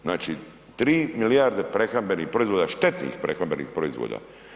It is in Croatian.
Znači, 3 milijarde prehrambenih proizvoda, štetnih prehrambenih proizvoda.